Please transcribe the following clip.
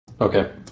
Okay